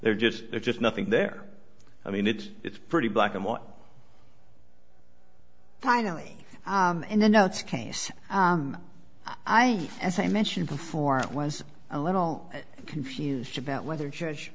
they're just it's just nothing there i mean it's it's pretty black and white finally in the notes case i as i mentioned before it was a little confused about whether judge